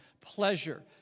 pleasure